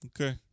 okay